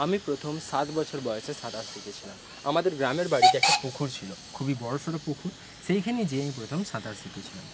আমি প্রথম সাত বছর বয়সে সাঁতার শিখেছিলাম আমাদের গ্রামের বাড়িতে একটা পুকুর ছিল খুবই বড়সড় পুকুর সেইখানে যেয়ে আমি প্রথম সাঁতার শিখেছিলাম